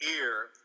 ear